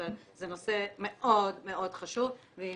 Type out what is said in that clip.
אבל זה נושא מאוד מאוד חשוב ואם